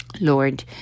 Lord